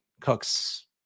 cooks